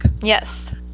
yes